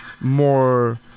more